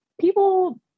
people